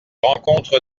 rencontre